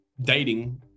dating